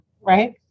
Right